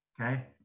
okay